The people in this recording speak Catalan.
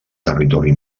territori